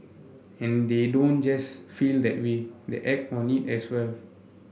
and they don't just feel that way the act on it as well